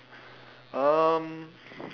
um